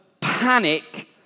panic